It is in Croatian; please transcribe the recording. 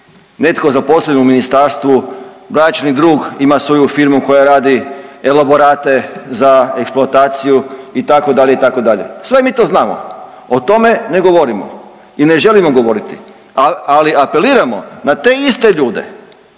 netko zaposlen u ministarstvu, bračni drug ima svoju firmu koja radi elaborate za eksploataciju itd., itd., sve mi to znamo. O tome ne govorimo i ne želimo govoriti, ali apeliramo na te iste ljude